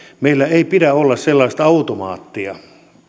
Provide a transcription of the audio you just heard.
meillä ei pidä olla sellaista automaattia